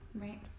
Right